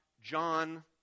John